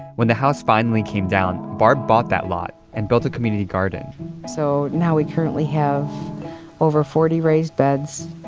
when the house finally came down, barb bought that lot and built a community garden so, now we currently have over forty raised beds.